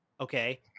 Okay